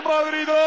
Madrid